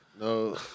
No